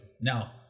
now